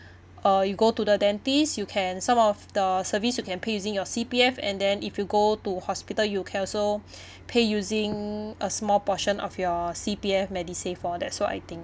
uh you go to the dentist you can some of the services you can pay using your C_P_F and then if you go to hospital you can also pay using a small portion of your C_P_F medisave for that's what I think